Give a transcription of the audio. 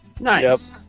Nice